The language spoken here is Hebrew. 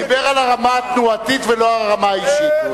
הוא דיבר על הרמה התנועתית ולא על הרמה האישית.